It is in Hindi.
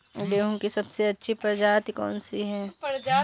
गेहूँ की सबसे अच्छी प्रजाति कौन सी है?